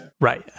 right